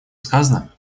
сказано